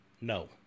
no